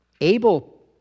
Abel